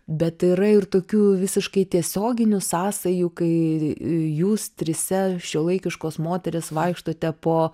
bet yra ir tokių visiškai tiesioginių sąsajų kai jūs trise šiuolaikiškos moterys vaikštote po